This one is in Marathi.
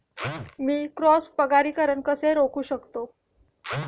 मी क्रॉस परागीकरण कसे रोखू शकतो?